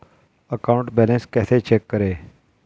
Account balance कैसे check करें?